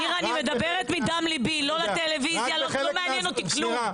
--- למרות הצעקות המאוד נחרצות,